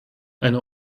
eine